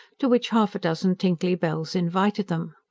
to which half a dozen tinkly bells invited them.